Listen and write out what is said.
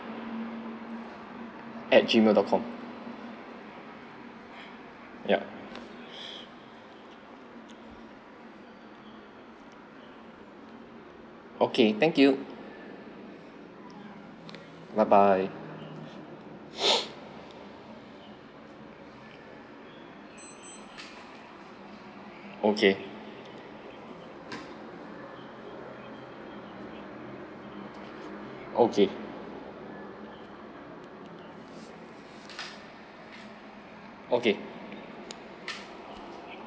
at G mail dot com yup okay thank you bye bye okay okay okay